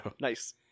Nice